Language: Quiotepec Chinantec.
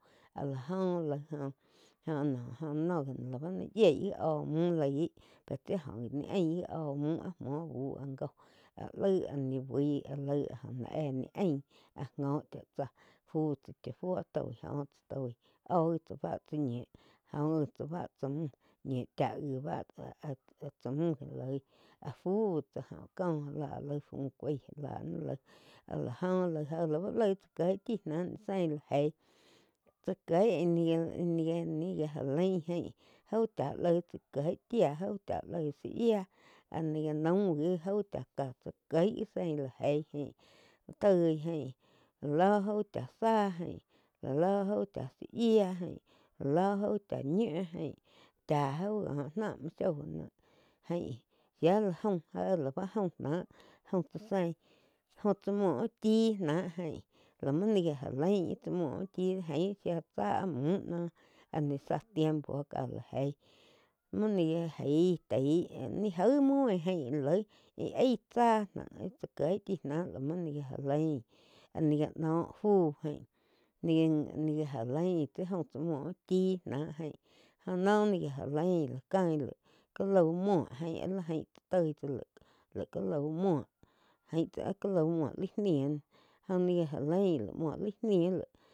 Áh la jo laig joh noh gi náh naí yieg gi óh mún laig pe tsi oh ni ain oh muh muo buh áh joh laíg áh ni buí óh gi éh ni ain áh ngo chá tsá fu tsá cha fuo joh tsá toi óh gi tsá bá tsá ñiu joh gi tsá báh tsá múh ñiu chá gi bá tsá mu loi áh fu tsá oh cóh já la áh aig fu cuaig li laig áh gó laig lau laig tsá kieg chi náh sein la jeig chá kieg ih ni la já lain jau chá laig tsá kieh chía aú chá laig záh yíah áh ni gá naum gi jau cháh tsá kieg gi sein la jei aín tói jain la lo jauh chá záh jain lá lo jau chá zá yiá jain lá lo jau cha ñiu jain chá jau có náh muo shou na ain shia la jaum éh lau jaum náh jaum tsá sein jaum tsá muo uh chí náh jain muo ni gá lain ih tsá muo úh chi jain záh áh múh noh zá tiempo ká la eig muo ni gá geí taí nih jaim muo jain íh aí tsáh, tsá kieg chí ná la muo ni já lain áh ni gá noh fu gain ni gi já lain tsi jaum muo úh chí náh jain óh noh ni já lain la cain ká lauo muo jaín ni jain tsá toi tsá laig-laig cá lau muo ain tsá áh ka lau muo lai ni jo ni ja laín laig muo lai ni laig.